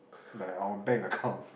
like our bank account